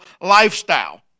lifestyle